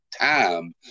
time